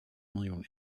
miljoen